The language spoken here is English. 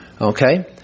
Okay